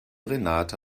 renate